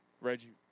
Reggie